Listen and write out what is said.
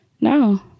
No